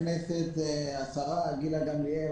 השרה גילה גמליאל,